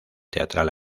teatral